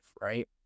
right